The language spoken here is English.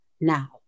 now